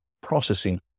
processing